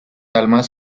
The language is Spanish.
almas